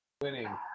winning